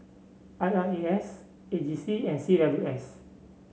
I R A S A G C and C W S